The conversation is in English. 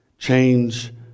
Change